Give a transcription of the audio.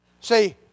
See